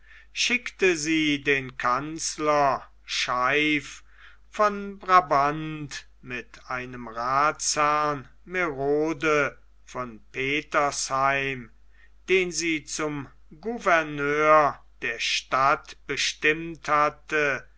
schickte sie den kanzler scheiff von brabant mit einem rathsherrn merode von petersheim den sie zum gouverneur der stadt bestimmt hatte